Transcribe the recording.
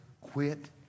quit